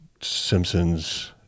Simpsons